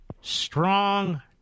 strong